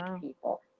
people